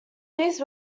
these